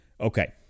Okay